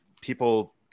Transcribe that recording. people